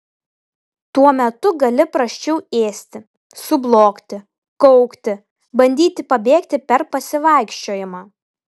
tuo metu gali prasčiau ėsti sublogti kaukti bandyti pabėgti per pasivaikščiojimą